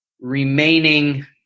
remaining